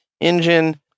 engine